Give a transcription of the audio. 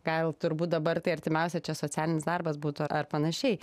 gal turbūt dabar tai artimiausia čia socialinis darbas būtų ar panašiai